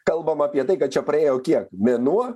kalbam apie tai kad čia praėjo kiek mėnuo